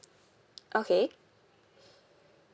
okay